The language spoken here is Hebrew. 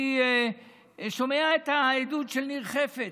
אני שומע את העדות של ניר חפץ.